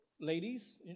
Ladies